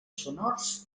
sonors